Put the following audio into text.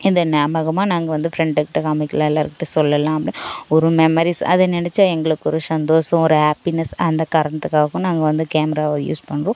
இந்த நியாபகமாக நாங்கள் வந்து ஃப்ரெண்டுகிட்டே காமிக்கலாம் எல்லோர்கிட்டயும் சொல்லெலாம் ஒரு மெமரீஸ் அதை நினச்சா எங்களுக்கொரு சந்தோஷம் ஒரு ஹாப்பினஸ் அந்த காரணத்துக்காகவும் நாங்கள் வந்து கேமராவை யூஸ் பண்ணுறோம்